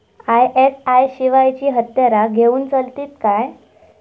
ISI शिवायची हत्यारा घेऊन चलतीत काय?